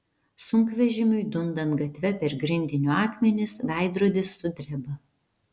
sunkvežimiui dundant gatve per grindinio akmenis veidrodis sudreba